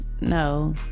no